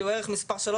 שהוא ערך מס' 3,